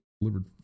delivered